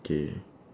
K